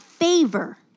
favor